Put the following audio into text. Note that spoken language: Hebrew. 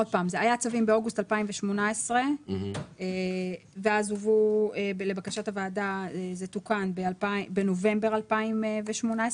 היו צווים באוגוסט 2018. לבקשת הוועדה זה תוקן בנובמבר 2018,